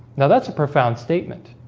now that's a profound statement